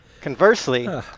Conversely